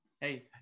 hey